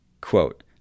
Quote